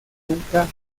nunca